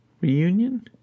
reunion